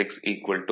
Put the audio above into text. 16 0